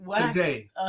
today